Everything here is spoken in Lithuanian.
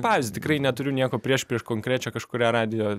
pavyzdį tikrai neturiu nieko prieš prieš konkrečią kažkurią radijo